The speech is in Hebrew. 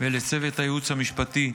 ולצוות הייעוץ המשפטי,